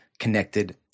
connected